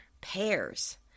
pears